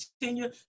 continue